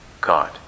God